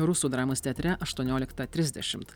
rusų dramos teatre aštuonioliktą trisdešimt